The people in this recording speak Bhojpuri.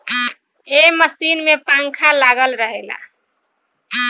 ए मशीन में पंखा लागल रहेला